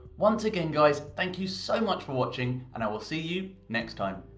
once again guys, thank you so much for watching and i will see you next time!